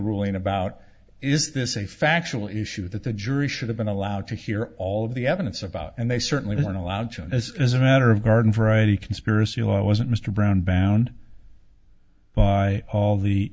ruling about is this a factual issue that the jury should have been allowed to hear all of the evidence about and they certainly weren't allowed to as as a matter of garden variety conspiracy law it wasn't mr brown bound by all the